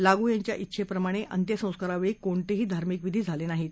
लागू यांच्या उिछेप्रमाणे अंत्यसंस्कारावेळी कोणतेही धार्मिक विधी झाले नाहीत